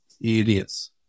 idiots